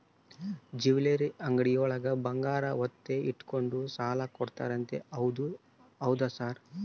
Jewellery ಅಂಗಡಿಯೊಳಗ ಬಂಗಾರ ಒತ್ತೆ ಇಟ್ಕೊಂಡು ಸಾಲ ಕೊಡ್ತಾರಂತೆ ಹೌದಾ ಸರ್?